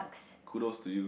kudos to you